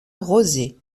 rosé